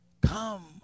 Come